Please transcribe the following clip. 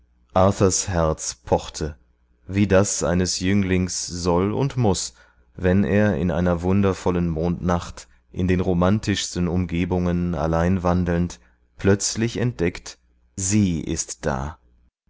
arthurs herz pochte wie das eines jünglings soll und muß wenn er in einer wundervollen mondnacht in den romantischsten umgebungen allein wandelnd plötzlich entdeckt sie ist da